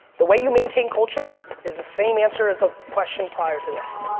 the way you maintain culture is the same answer as the question prior to this.